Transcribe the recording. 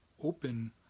open